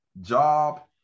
job